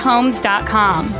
Homes.com